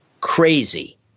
crazy